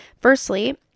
Firstly